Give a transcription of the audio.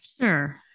sure